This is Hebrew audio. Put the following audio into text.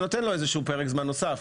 זה נותן לו איזשהו פרק זמן נוסף,